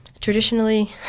traditionally